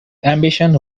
ambition